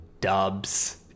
Dubs